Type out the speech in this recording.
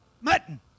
Mutton